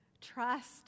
trust